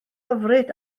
hyfryd